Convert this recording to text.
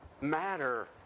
matter